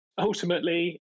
Ultimately